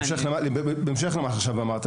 בהמשך לדברים שאמרת עכשיו,